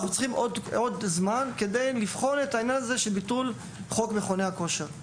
אנחנו צריכים עוד זמן כדי לבחון את ביטול חוק מכוני הכושר.